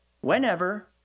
Whenever